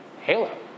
Halo